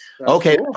okay